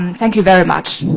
um thank you very much.